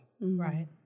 Right